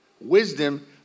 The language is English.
wisdom